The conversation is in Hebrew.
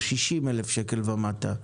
60,000 שקל ומטה,